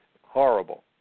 horrible